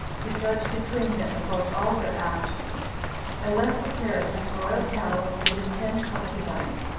to judge between them about all their actions and left the care of his royal palace to his ten concubines,